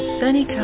sunny